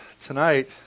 tonight